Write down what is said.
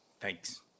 Thanks